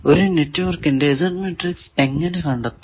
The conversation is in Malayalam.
ഒരു നെറ്റ്വർക്കിന്റെ Z മാട്രിക്സ് എങ്ങനെ കണ്ടെത്താം